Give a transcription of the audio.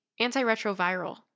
antiretroviral